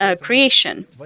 Creation